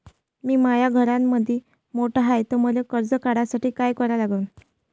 मी माया घरामंदी मोठा हाय त मले कर्ज काढासाठी काय करा लागन?